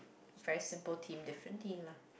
very simple team differently lah